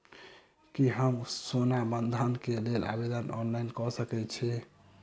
की हम सोना बंधन कऽ लेल आवेदन ऑनलाइन कऽ सकै छी?